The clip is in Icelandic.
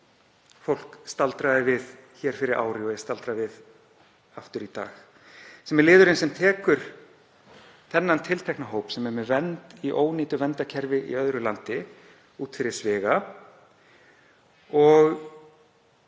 við e-lið 12. gr. fyrir ári og ég staldra við hann aftur í dag. Það er liðurinn sem tekur þennan tiltekna hóp sem er með vernd í ónýtu verndarkerfi í öðru landi út fyrir sviga og